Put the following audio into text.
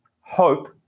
hope